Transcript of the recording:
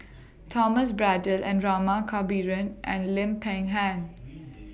Thomas Braddell Rama Kannabiran and Lim Peng Han